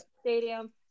Stadium